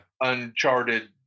Uncharted